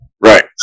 Right